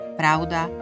pravda